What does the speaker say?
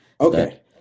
Okay